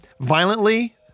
Violently